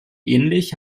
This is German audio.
ähnlich